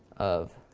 of